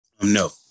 no